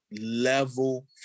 level